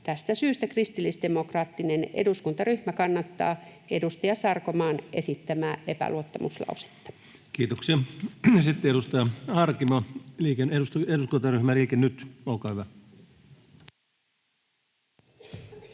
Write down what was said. Tästä syystä kristillisdemokraattinen eduskuntaryhmä kannattaa edustaja Sarkomaan esittämää epäluottamuslausetta. Kiitoksia. — Sitten edustaja Harkimo, eduskuntaryhmä Liike Nyt, olkaa hyvä.